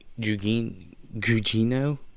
Gugino